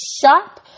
sharp